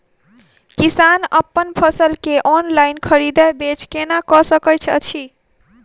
किसान अप्पन फसल केँ ऑनलाइन खरीदै बेच केना कऽ सकैत अछि?